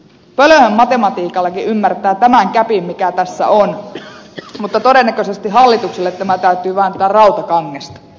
pölöhön matematiikallakin ymmärtää tämä gäpin mikä tässä on mutta todennäköisesti hallitukselle tämä täytyy vääntää rautakangesta